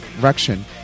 direction